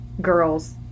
girls